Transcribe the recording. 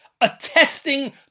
attesting